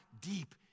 deep